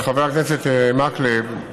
חבר הכנסת מקלב,